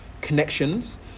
connections